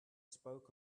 spoke